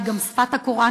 היא גם שפת הקוראן,